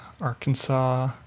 Arkansas